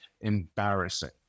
embarrassing